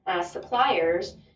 suppliers